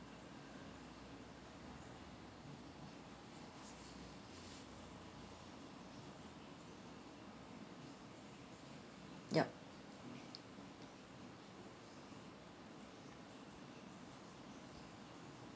yup